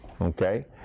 okay